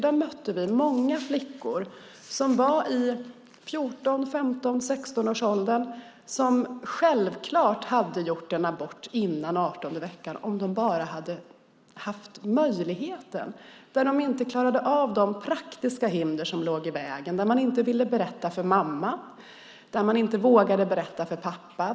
Där mötte vi många flickor i 14-, 15 och 16-årsåldern som självfallet skulle ha gjort abort före den 18:e veckan om de bara hade haft möjligheten. Men de klarade inte av de praktiska hinder som låg i vägen. De ville inte berätta för mamma. De vågade inte berätta för pappa.